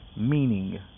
meaning